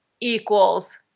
equals